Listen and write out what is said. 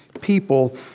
people